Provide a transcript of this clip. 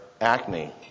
acne